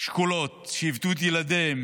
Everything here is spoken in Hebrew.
שכולות שאיבדו את ילדיהן